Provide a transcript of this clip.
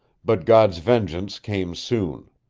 but god's vengeance came soon.